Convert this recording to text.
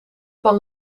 van